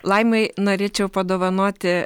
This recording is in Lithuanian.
laimai norėčiau padovanoti